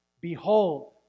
Behold